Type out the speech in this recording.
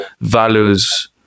values